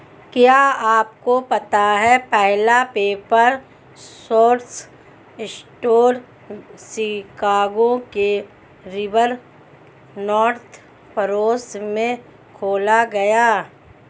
क्या आपको पता है पहला पेपर सोर्स स्टोर शिकागो के रिवर नॉर्थ पड़ोस में खोला गया?